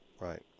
Right